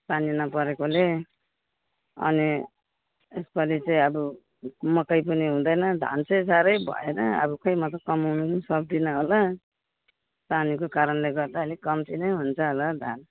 पानी नपरेकोले अनि यसपालि चाहिँ अब मकै पनि हुँदैन धान चाहिँ साह्रै भएन अब खै म त कमाउनु पनि सक्दिन होला पानीको कारणले गर्दाखेरि अलिक कम्ती नै हुन्छ होला धान